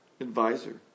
advisor